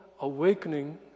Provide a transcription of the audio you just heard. awakening